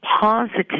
positive